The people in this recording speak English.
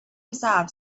resolve